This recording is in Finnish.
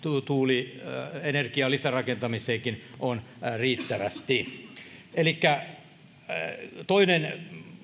tuulienergian lisärakentamiseenkin on riittävästi toinen